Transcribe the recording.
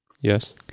Yes